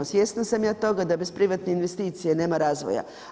Svjesna sam ja toga da bez privatne investicije nema razvoja.